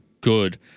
good